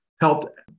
helped